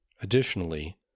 Additionally